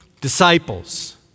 disciples